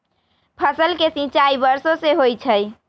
फसल के सिंचाई वर्षो से होई छई